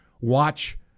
Watch